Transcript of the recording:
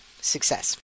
success